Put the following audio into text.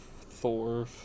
Thor